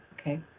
Okay